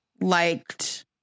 liked